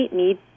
need